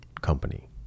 company